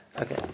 Okay